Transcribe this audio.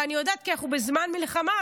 ואני יודעת כי אנחנו בזמן מלחמה,